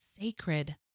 sacred